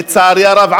לצערי הרב,